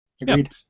agreed